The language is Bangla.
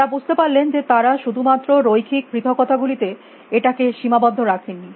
তারা বুঝতে পারলেন যে তারা শুধুমাত্র রৈখিক পৃথকতা গুলিতে এটাকে সীমাবদ্ধ রাখেননি